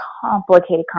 complicated